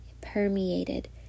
permeated